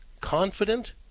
confident